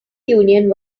union